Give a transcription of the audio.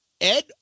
Ed